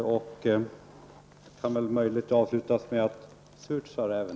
Det uttalandet kan möjligen avslutas med: ''Surt, sa' räven''.